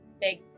big